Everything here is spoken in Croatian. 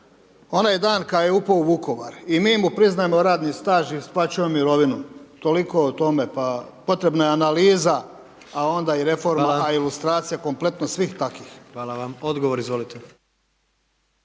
onaj dan kada je upao u Vukovar i mi mu priznajemo radni staž i isplaćujemo mirovinu. Toliko o tome, pa potrebna je analiza, a onda i reforma, a ilustracija kompletno svih takvih. **Jandroković,